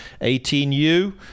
18U